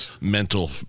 mental